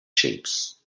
shapes